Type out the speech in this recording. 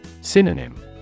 Synonym